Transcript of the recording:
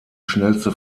schnellste